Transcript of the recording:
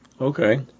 Okay